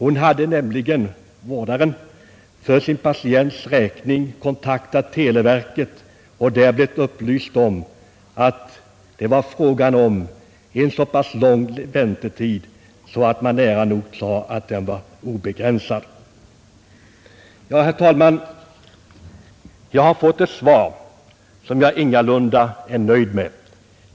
Hon hade nämligen för sin patients räkning kontaktat televerket i och för förhyrning av en dylik apparat och där blivit upplyst om att det var fråga om en så pass lång väntetid, att den var nära nog obegränsad. Ja, herr talman, jag har fått ett svar som jag ingalunda är nöjd med.